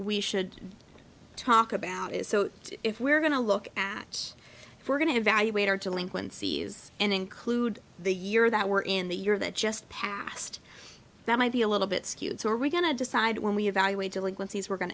we should talk about is so if we're going to look at we're going to evaluate our delinquencies and include the year that were in the year that just passed that might be a little bit skewed so are we going to decide when we evaluate delinquencies we're going